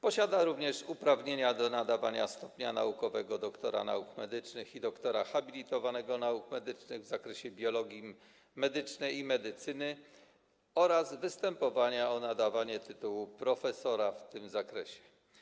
Posiada również uprawnienia do nadawania stopnia naukowego doktora nauk medycznych i doktora habilitowanego nauk medycznych w zakresie biologii medycznej i medycyny oraz występowania o nadawanie tytułu profesora w tym zakresie.